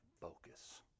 focus